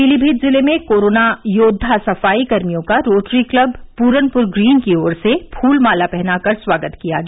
पीलीभीत जिले में कोरोना योद्वा सफाईकर्मियों का रोटरी क्लब प्रनपुर ग्रीन की ओर से फूल माला पहनाकर स्वागत किया गया